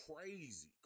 crazy